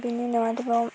बेनि उनाव आरोबाव